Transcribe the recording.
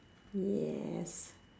yes